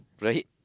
Right